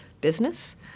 business